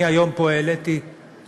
אני היום העליתי פה